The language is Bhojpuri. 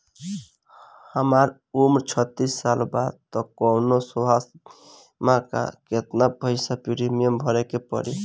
हमार उम्र छत्तिस साल बा त कौनों स्वास्थ्य बीमा बा का आ केतना पईसा प्रीमियम भरे के पड़ी?